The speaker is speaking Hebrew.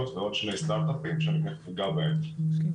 ועוד שני סטארט אפים שאתייחס אליהם בהמשך.